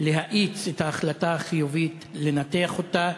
להאיץ את ההחלטה החיובית לנתח אותה.